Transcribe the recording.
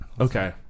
Okay